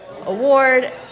award